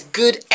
good